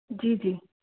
जी जी